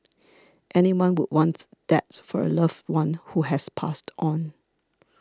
anyone would want that for a loved one who has passed on